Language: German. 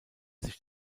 sich